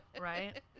Right